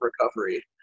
recovery